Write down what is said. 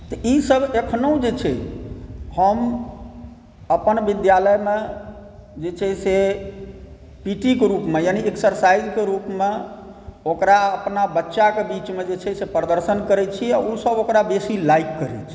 तऽ ई सभ एखनो जे छै हम अपन विद्यालयमे जे छै से पीटीकेँ रूपमे यानि एक्सरसाइजकेँ रुपमे ओकरा अपना बच्चाकेँ बीचमे जे चाही से प्रदर्शन करै छी आ ओ सभ ओकरा बेसी लाइक करै छै